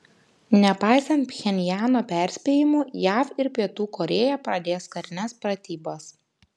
nepaisant pchenjano perspėjimų jav ir pietų korėja pradės karines pratybas